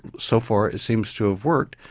so far it seems to have worked.